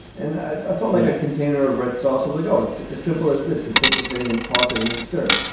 and i thought like a container of red sox of the gods, as simple as this to take the thing and toss it in and stir.